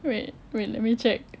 wait wait let me check